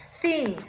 thin